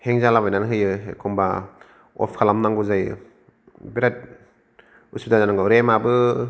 हेंग जालाबायनानै होयो एखम्बा अफ खालामनांगौ जायो बिराद उसुबिदा जानांगौ माने रेमाबो